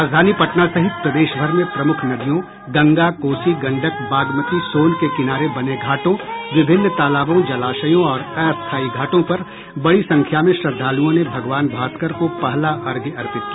राजधानी पटना सहित प्रदेशभर में प्रमुख नदियों गंगा कोसी गंडक बागमती सोन के किनारे बने घाटों विभिन्न तालाबों जलाशयों और अस्थायी घाटों पर श्रद्धालुओं ने भगवान भास्कर को पहला अर्घ्य अर्पित किया